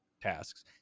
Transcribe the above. tasks